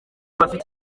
abafite